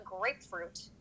grapefruit